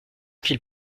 qu’ils